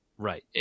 Right